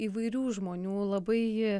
įvairių žmonių labai